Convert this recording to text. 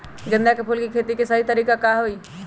गेंदा के फूल के खेती के सही तरीका का हाई?